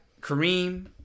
Kareem